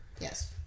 Yes